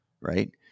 Right